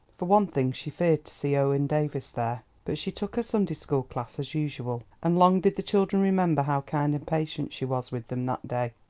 for one thing, she feared to see owen davies there. but she took her sunday school class as usual, and long did the children remember how kind and patient she was with them that day,